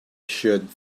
should